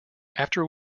after